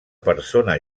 persona